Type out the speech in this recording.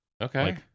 Okay